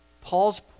Paul's